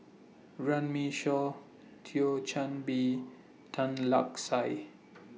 Runme Shaw Thio Chan Bee Tan Lark Sye